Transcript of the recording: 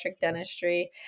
Dentistry